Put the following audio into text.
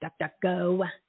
DuckDuckGo